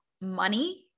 money